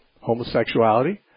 homosexuality